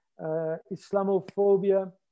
Islamophobia